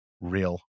real